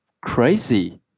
crazy